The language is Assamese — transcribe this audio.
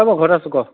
অঁ মই ঘৰতে আছো ক